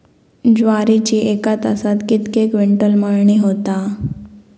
ज्वारीची एका तासात कितके क्विंटल मळणी होता?